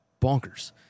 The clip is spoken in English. bonkers